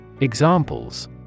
Examples